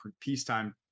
peacetime